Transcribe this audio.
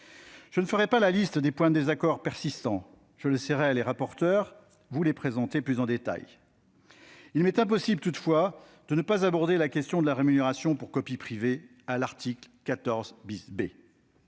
Je ne ferai pas la liste des points de désaccord persistants ; je laisserai les rapporteurs les présenter plus en détail. Il m'est impossible, toutefois, de ne pas aborder la question de la rémunération pour copie privée, à l'article 14 B.